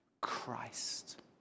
Christ